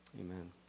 Amen